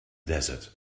desert